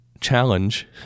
challenge